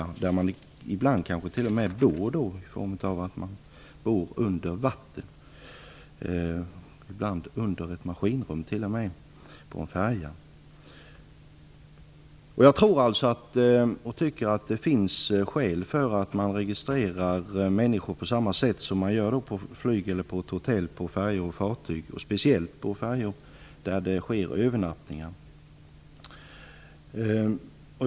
På en färja bor man ibland kanske t.o.m. under vatten eller under ett maskinrum. Jag tycker att det finns skäl att registrera människor på färjor och fartyg på samma sätt som man gör på flygplan och hotell och speciellt på färjor där det sker övernattningar.